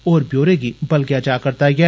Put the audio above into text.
होर ब्योरे गी बलगेआ जारदा ऐ